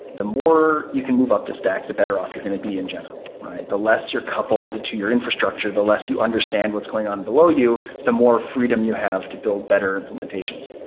the more you can move up to stack, the better off you're going to be in general. the less you're coupled to your infrastructure, the less you understand what's going on below you. the more freedom you have to build better implementation.